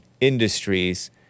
industries